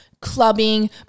clubbing